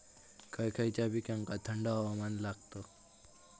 खय खयच्या पिकांका थंड हवामान लागतं?